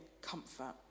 comfort